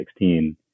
2016